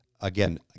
again